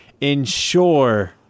ensure